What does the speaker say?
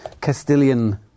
Castilian